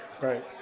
Right